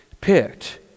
picked